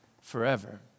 forever